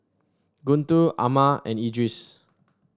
Guntur Ahmad and Idris